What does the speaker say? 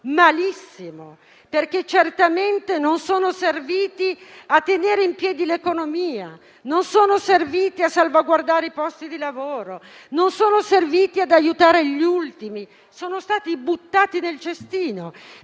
malissimo, perché certamente non sono serviti a tenere in piedi l'economia, non sono serviti a salvaguardare i posti di lavoro e non sono serviti ad aiutare gli ultimi. Sono stati buttati nel cestino,